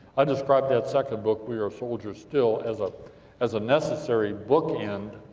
i describe that second book, we are soldiers still, as ah as ah necessary bookend,